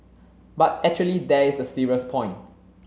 but actually there is a serious point